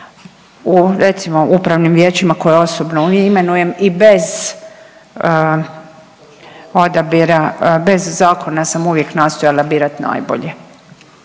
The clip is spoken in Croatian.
recimo u upravnim vijećima koje osobno imenujem i bez odabira, bez zakona sam uvijek nastojala birat najbolje.